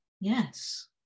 yes